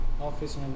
office